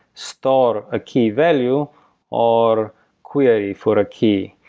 store a key value or query for a key.